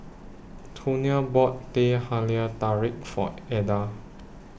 Tonia bought Teh Halia Tarik For Eda